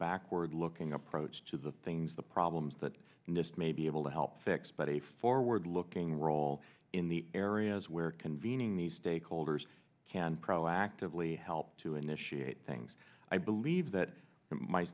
backward looking approach to the things the problems that just may be able to help fix but a forward looking role in the areas where convening these stakeholders can proactively help to initiate things i believe that my